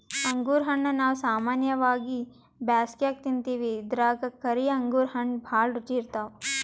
ಅಂಗುರ್ ಹಣ್ಣಾ ನಾವ್ ಸಾಮಾನ್ಯವಾಗಿ ಬ್ಯಾಸ್ಗ್ಯಾಗ ತಿಂತಿವಿ ಇದ್ರಾಗ್ ಕರಿ ಅಂಗುರ್ ಹಣ್ಣ್ ಭಾಳ್ ರುಚಿ ಇರ್ತವ್